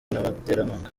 n’abaterankunga